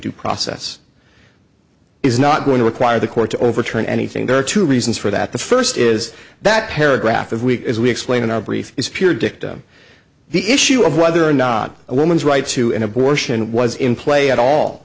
due process is not going to require the court to overturn anything there are two reasons for that the first is that paragraph of week as we explain in our brief is pure dicta the issue of whether or not a woman's right to an abortion was in play at all